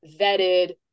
vetted